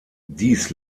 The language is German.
dies